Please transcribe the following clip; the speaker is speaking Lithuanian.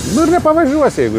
nu ir nepavažiuosi jeigu